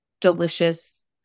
delicious